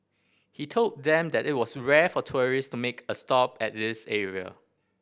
he told them that it was rare for tourists to make a stop at this area